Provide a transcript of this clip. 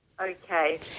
Okay